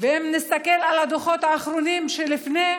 ואם נסתכל על הדוחות האחרונים שלפני,